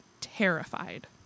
terrified